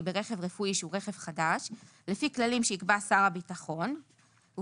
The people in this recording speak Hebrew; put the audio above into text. ברכב רפואי שהוא רכב חדש לפי כללים שיקבע שר הביטחון ובלבד